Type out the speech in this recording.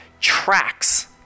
tracks